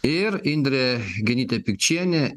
ir indrė genytė pikčienė